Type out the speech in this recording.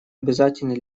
обязательный